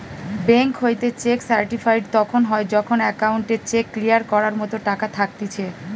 bank হইতে cheque certified তখন হয় যখন অ্যাকাউন্টে চেক ক্লিয়ার করার মতো টাকা থাকতিছে